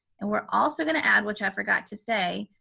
and we're also going to add, which i forgot to say,